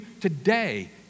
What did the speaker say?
today